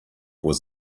was